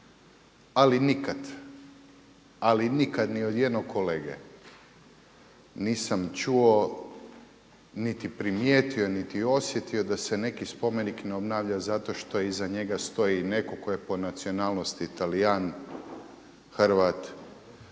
ali nikad, ali nikad ni od jednog kolege nisam čuo niti primijetio, niti osjetio da se neki spomenik ne obnavlja zato što iza njega stoji netko tko je po nacionalnosti Talijan, Hrvat,